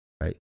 Right